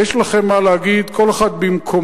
יש לכם מה להגיד, כל אחד במקומו.